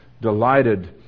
delighted